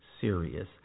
serious